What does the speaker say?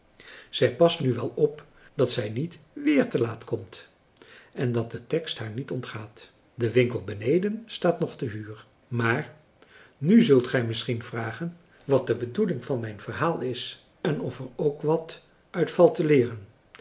zij past nu wel op dat zij niet weer te laat komt en dat de tekst haar niet ontgaat de winkel beneden staat nog te huur maar nu zult gij misschien vragen wat de bedoeling van mijn verhaal is en of er ook wat uit valt te leeren